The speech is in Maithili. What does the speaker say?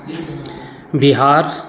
बिहार